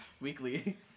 weekly